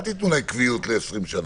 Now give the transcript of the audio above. אל תיתנו להם קביעות ל-20 שנה,